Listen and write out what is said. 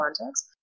context